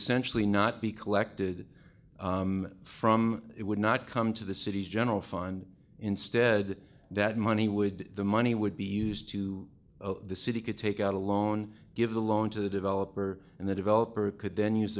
essentially not be collected from it would not come to the city general fund instead that money would the money would be used to the city could take out a loan give the loan to the developer and the developer could then use